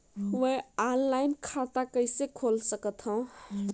मैं ऑनलाइन खाता कइसे खोल सकथव?